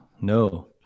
no